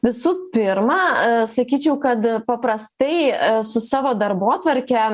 visų pirma sakyčiau kad paprastai su savo darbotvarke